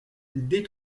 des